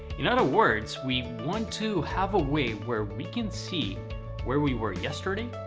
in other words we want to have a way where we can see where we were yesterday,